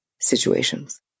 situations